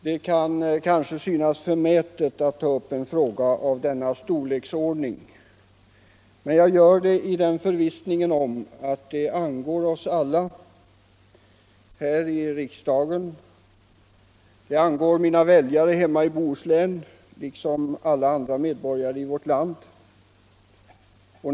Det kan kanske synas förmätet att ta upp en fråga av denna storleksordning, men jag gör det i den förvissningen att den angår oss alla här i riksdagen, den angår mina väljare hemma i Bohuslän likaväl som alla andra medborgare i vårt land.